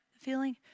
feeling